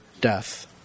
death